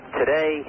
today